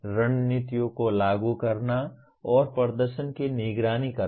रणनीतियों को लागू करना और प्रदर्शन की निगरानी करना